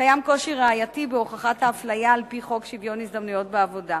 קיים קושי ראייתי בהוכחת אפליה על-פי חוק שוויון ההזדמנויות בעבודה.